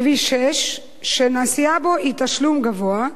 כביש 6 שהנסיעה בו היא בתשלום גבוה,